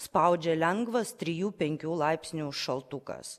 spaudžia lengvas trijų penkių laipsnių šaltukas